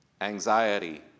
anxiety